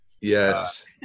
Yes